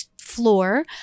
floor